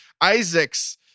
Isaac's